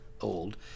old